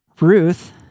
Ruth